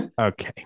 Okay